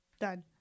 Done